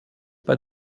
pas